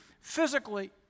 physically